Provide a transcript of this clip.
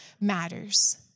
matters